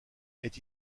est